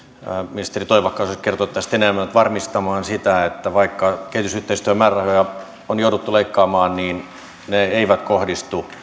ministeri toivakka osaisi kertoa tästä enemmän varmistamaan sitä että vaikka kehitysyhteistyömäärärahoja on jouduttu leikkaamaan niin ne eivät kohdistu